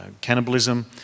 cannibalism